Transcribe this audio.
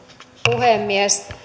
puhemies